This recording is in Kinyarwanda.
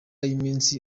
y’iminsi